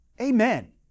amen